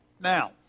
Now